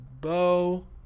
Bow